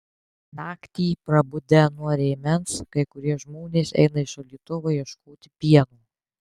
naktį prabudę nuo rėmens kai kurie žmonės eina į šaldytuvą ieškoti pieno